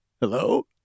hello